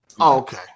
okay